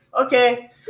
Okay